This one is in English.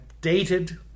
dated